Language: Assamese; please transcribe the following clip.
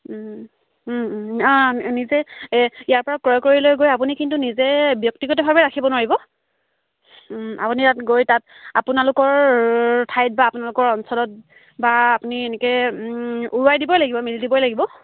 নিজে ইয়াৰপৰা ক্ৰয় কৰি লৈ গৈ আপুনি কিন্তু নিজে ব্যক্তিগতভাৱে ৰাখিব নোৱাৰিব আপুনি তাত গৈ তাত আপোনালোকৰ ঠাইত বা আপোনালোকৰ অঞ্চলত বা আপুনি এনেকৈ উৰুৱাই দিবই লাগিব মেলি দিবই লাগিব